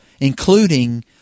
including